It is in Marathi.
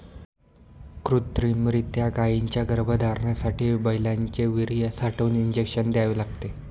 कृत्रिमरीत्या गायींच्या गर्भधारणेसाठी बैलांचे वीर्य साठवून इंजेक्शन द्यावे लागते